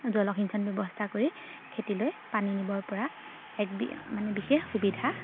জলসিঞ্চন ব্যৱস্থা কৰি খেতিলৈ পানী নিবপৰা এক মানে বিশেষ সুবিধা